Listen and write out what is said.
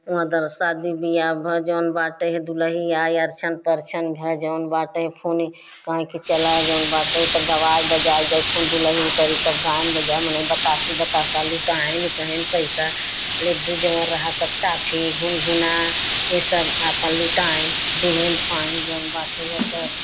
उधर शादी ब्याह भ जोन बाटे है दुलही आय अर्छन पर्छन भय जोन बाटे फोनेय कांय की चला जोन बाटे त गबाय बजाय फ़ोन दुलही तै तब गायन बजाय मने बतासी बतासा लुटायन कहेन पैसा लेड्डू जोन रहा सब टाफी घुनघुना ए सब आपन लूटायन देहीन पायन जोन बाटे है त